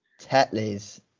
tetley's